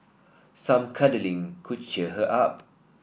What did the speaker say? some cuddling could cheer her up